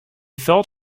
felt